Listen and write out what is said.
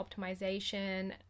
optimization